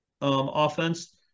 offense